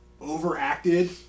overacted